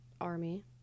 army